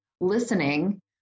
listening